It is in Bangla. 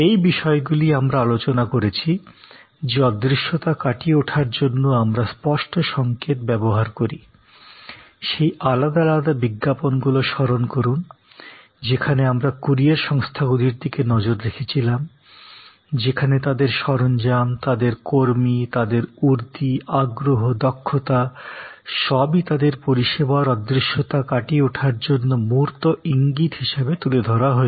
এই বিষয়গুলি আমরা আলোচনা করেছি যে অদৃশ্যতা কাটিয়ে ওঠার জন্য আমরা স্পষ্ট সংকেত ব্যবহার করি সেই আলাদা আলাদা বিজ্ঞাপনগুলো স্মরণ করুন যেখানে আমরা কুরিয়ার সংস্থাগুলির দিকে নজর রেখেছিলাম যেখানে তাদের সরঞ্জাম তাদের কর্মী তাদের উর্দি আগ্রহ দক্ষতা সবই তাদের পরিষেবার অদৃশ্যতা কাটিয়ে উঠার জন্য মূর্ত ইঙ্গিত হিসাবে তুলে ধরা হয়েছে